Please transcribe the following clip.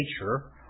nature